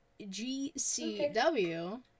GCW